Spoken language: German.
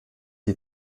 die